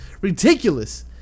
ridiculous